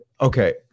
Okay